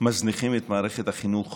מזניחים את מערכת החינוך